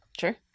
sure